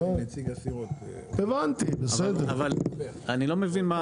אני לא מבין,